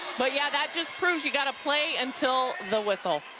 but, yeah, that just proves you got to play until the whistle.